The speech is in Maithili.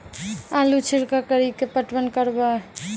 आलू छिरका कड़ी के पटवन करवा?